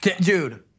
Dude